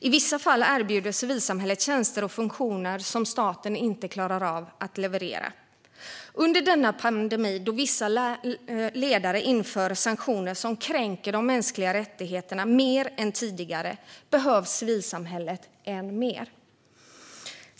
I vissa fall erbjuder civilsamhället tjänster och funktioner som staten inte klarar av att leverera. Under denna pandemi då vissa ledare inför sanktioner som kränker de mänskliga rättigheterna mer än tidigare behövs civilsamhället än mer.